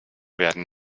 werden